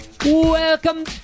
Welcome